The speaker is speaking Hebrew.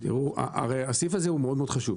תראו, הסעיף הזה הוא מאוד מאוד חשוב.